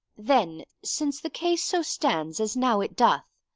then, since the case so stands as now it doth,